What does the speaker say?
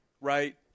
right